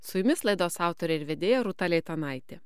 su jumis laidos autorė ir vedėja rūta leitanaitė